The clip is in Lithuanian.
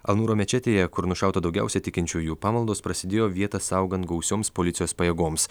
al nuro mečetėje kur nušauta daugiausia tikinčiųjų pamaldos prasidėjo vietą saugant gausioms policijos pajėgoms